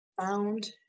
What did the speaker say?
found